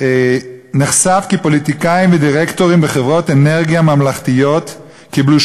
"נחשף כי פוליטיקאים ודירקטורים בחברות אנרגיה ממלכתיות קיבלו